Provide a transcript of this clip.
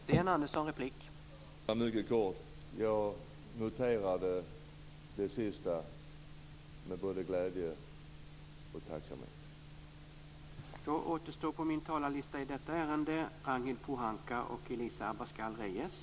Herr talman! Jag skall fatta mig mycket kort. Jag noterade det sistnämnda med både glädje och tacksamhet.